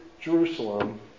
Jerusalem